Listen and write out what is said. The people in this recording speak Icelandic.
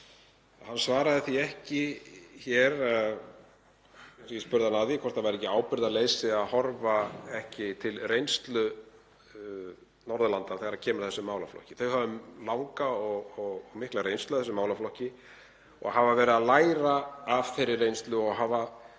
Hann svaraði því ekki hér sem ég spurði hann að, hvort það væri ekki ábyrgðarleysi að horfa ekki til reynslu Norðurlanda þegar kemur að þessum málaflokki. Þau hafa langa og mikla reynslu af þessum málaflokki og hafa verið að læra af þeirri reynslu og hafa